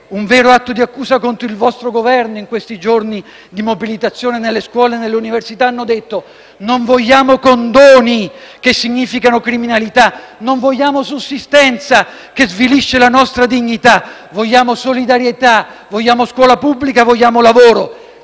un vero atto di accusa contro il vostro Governo. In questi giorni di mobilitazione nelle scuole e nelle università hanno detto: non vogliamo condoni che significano criminalità; non vogliamo sussistenza che svilisce la nostra dignità; vogliamo solidarietà; vogliamo scuola pubblica; vogliamo lavoro.